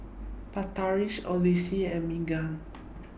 Patric Eloise and Magen